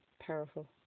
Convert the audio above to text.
powerful